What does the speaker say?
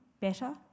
better